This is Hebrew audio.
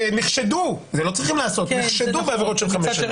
נחשדו בעבירות של חמש שנים.